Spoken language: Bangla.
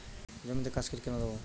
জমিতে কাসকেড কেন দেবো?